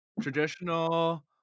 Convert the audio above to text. Traditional